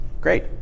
Great